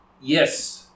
Yes